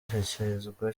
ashyikirizwa